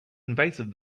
invasive